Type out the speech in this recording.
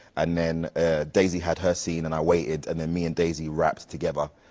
and then daisy had her scene and i waited, and then me and daisy wrapped together,